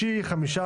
חברי הכנסת,